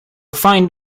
find